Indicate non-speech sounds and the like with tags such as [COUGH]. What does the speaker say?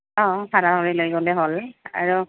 অঁ [UNINTELLIGIBLE] লৈ গ'লে হ'ল আৰু